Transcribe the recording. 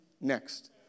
next